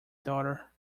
daughter